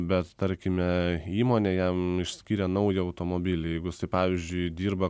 bet tarkime įmonė jam išskyrė naują automobilį jeigu jisai pavyzdžiui dirba